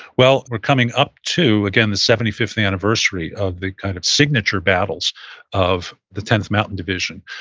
well, we're coming up to, again, the seventy fifth anniversary of the kind of signature battles of the tenth mountain division,